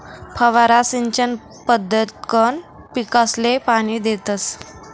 फवारा सिंचन पद्धतकंन पीकसले पाणी देतस